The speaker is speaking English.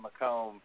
Macomb